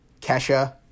Kesha